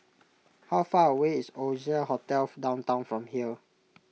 how far away is Oasia Hotel Downtown from here